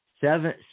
seven